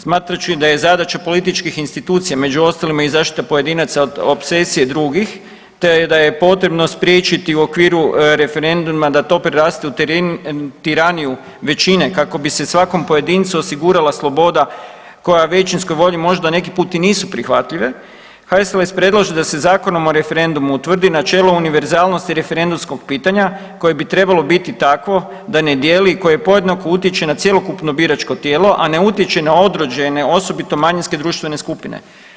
Smatrajući da je zadaća političkih institucija među ostalima i zaštita pojedinaca od opsesije drugih te da je potrebno spriječiti u okviru referenduma da to preraste u tiraniju većine kako bi se svakom pojedincu osigurala sloboda koja većinskoj volji možda neki put i nisu prihvatljive, HSLS predlaže da se Zakonom o referendumu utvrdi načelo univerzalnosti referendumskog pitanja koje bi trebalo biti takvo da ne dijeli, koje podjednako utječe na cjelokupno biračko tijelo, a ne utječe na određene osobito manjinske društvene skupine.